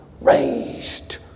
raised